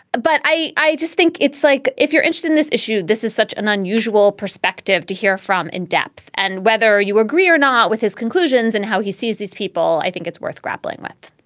but i i just think it's like if you're interested in this issue. this is such an unusual perspective to hear from in depth and whether you agree or not with his conclusions and how he sees these people i think it's worth grappling with.